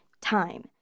Time